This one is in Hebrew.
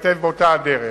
ייכתב באותה הדרך.